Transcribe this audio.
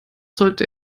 sollte